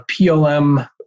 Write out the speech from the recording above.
PLM